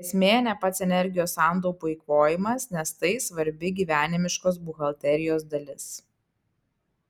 esmė ne pats energijos santaupų eikvojimas nes tai svarbi gyvenimiškosios buhalterijos dalis